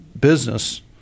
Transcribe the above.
business